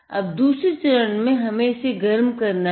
अब दूसर चरण में हमे इसे गर्म करना है